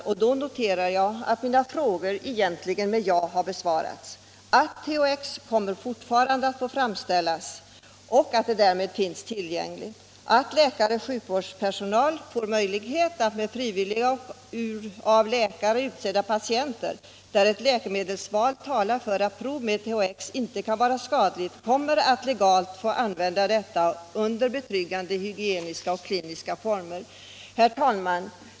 Därför noterar jag att mina frågor egentligen har med ja besvarats — THX kommer fortfarande att få framställas och därmed finnas tillgängligt, och läkare och sjukvårdspersonal får möjlighet att på frivilliga av läkare utsedda patienter, där ett läkemedelsval talar för att prov med THX inte kan vara skadligt, legalt använda detta under betryggande hygieniska och kliniska former. Herr talman!